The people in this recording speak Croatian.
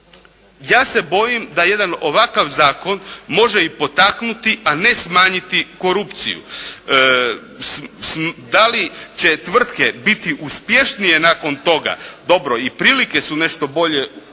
Ja se bojim da jedan ovakav zakon može i potaknuti a ne smanjiti korupciju. Da li će tvrtke biti uspješnije nakon toga, dobro i prilike su nešto bolje danas